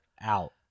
Out